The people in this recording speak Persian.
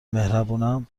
مهربونم